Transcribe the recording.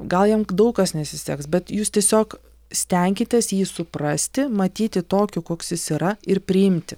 gal jam daug kas nesiseks bet jūs tiesiog stenkitės jį suprasti matyti tokiu koks jis yra ir priimti